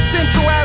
Central